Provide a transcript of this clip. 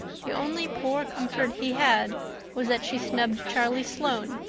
the only poor comfort he had was that she snubbed charlie sloane,